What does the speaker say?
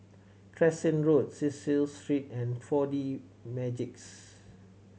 Crescent Road Cecil Street and Four D Magix